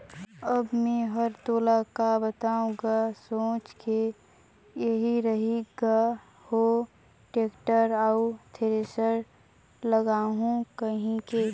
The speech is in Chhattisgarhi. अब मे हर तोला का बताओ गा सोच के एही रही ग हो टेक्टर अउ थेरेसर लागहूँ कहिके